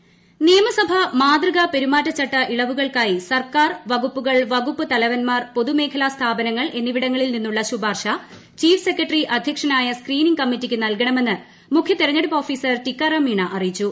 പെരുമാറ്റച്ചട്ട ഇളവുകൾ നിയമസഭാ മാതൃകാപെരുമാറ്റച്ചട്ട ഇളവുകൾക്കായി സർക്കാർ വകുപ്പുകൾ വകുപ്പ് തലവൻമാർ പൊതുമേഖല സ്ഥാപനങ്ങൾ എന്നിവിടങ്ങളിൽ നിന്നുള്ള ശുപാർശ ചീഫ് സെക്രട്ടറി അധ്യക്ഷനായ സ്ക്രീനിംഗ് കമ്മറ്റിക്ക് നൽകണമെന്ന് മുഖ്യ തിരഞ്ഞെടുപ്പ് ഓഫീസർ ടീക്കാറാം മീണ അറിയിച്ചു